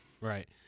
Right